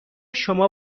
شما